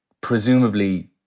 presumably